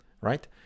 right